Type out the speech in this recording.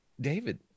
David